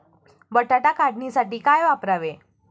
बटाटा काढणीसाठी काय वापरावे?